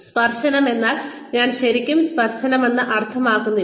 സ്പർശനമെന്നാൽ ഞാൻ ശരിക്കും സ്പർശനമെന്ന് അർത്ഥമാക്കുന്നില്ല